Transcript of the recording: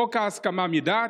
חוק ההסכמה מדעת,